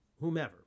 whomever